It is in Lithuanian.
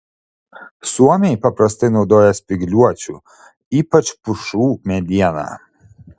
suomiai paprastai naudoja spygliuočių ypač pušų medieną